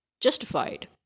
justified